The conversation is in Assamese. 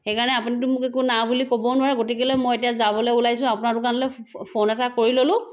সেইকাৰণে আপুনিতো মোক একো না বুলি ক'বও নোৱাৰে গতিকেলৈ মই এতিয়া যাবলৈ ওলাইছো আপোনাৰ দোকানলৈ ফোন এটা কৰি ল'লোঁ